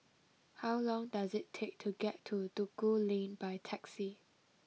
how long does it take to get to Duku Lane by taxi